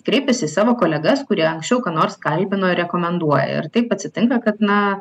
kreipiasi į savo kolegas kurie anksčiau ką nors kalbino ir rekomenduoja ir taip atsitinka kad na